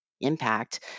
impact